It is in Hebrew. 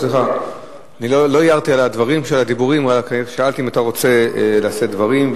לא הערתי על הדברים של הדיבורים רק שאלתי אם אתה רוצה לשאת דברים,